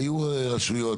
היו רשויות,